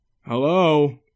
Hello